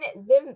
Zim